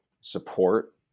support